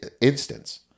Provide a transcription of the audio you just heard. instance